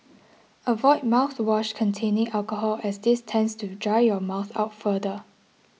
avoid mouthwash containing alcohol as this tends to dry your mouth out further